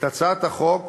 את הצעת החוק